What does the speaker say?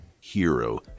Hero